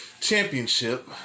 championship